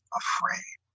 afraid